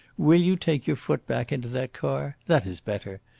will you take your foot back into that car? that is better.